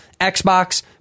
Xbox